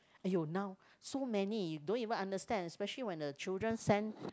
aiyoh now so many don't even understand especially when the children send